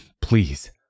please